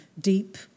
deep